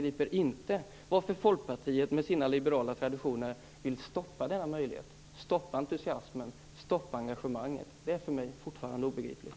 Jag begriper inte varför Folkpartiet med sina liberala traditioner vill stoppa denna möjlighet, stoppa entusiasmen och stoppa engagemanget. Det är för mig fortfarande obegripligt.